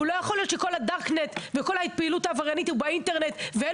לא יכול להיות שכל הפעילות העבריינית מתרחשת ב- Dark net ואין